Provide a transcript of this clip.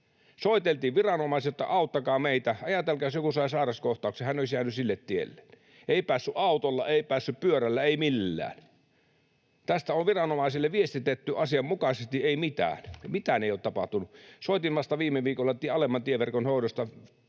Soiteltiin viranomaisille, että auttakaa meitä. Ajatelkaa, jos joku saa sairaskohtauksen, hän olisi jäänyt sille tielleen. Ei päässyt autolla, ei päässyt pyörällä, ei millään. Tästä on viranomaisille viestitetty asianmukaisesti. Ei mitään, mitään ei ole tapahtunut. Soitin vasta viime viikolla alemman tieverkon hoidosta